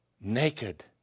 naked